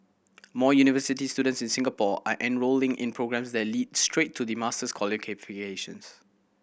more university students in Singapore are enrolling in programmes that lead straight to master's